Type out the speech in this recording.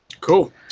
cool